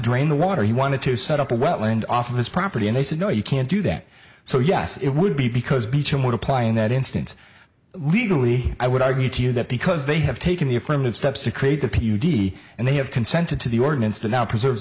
drain the water he wanted to set up a wetland off of his property and they said no you can't do that so yes it would be because beecham would apply in that instance legally i would argue to you that because they have taken the affirmative steps to create the p d and they have consented to the ordinance to now preserve